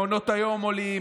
מעונות היום עולים,